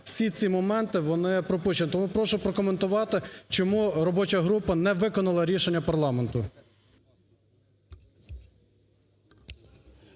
всі ці моменти вони пропущені. Тому прошу прокоментувати, чому робоча група не виконала рішення парламенту.